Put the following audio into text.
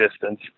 distance